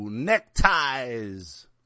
neckties